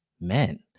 Men